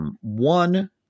One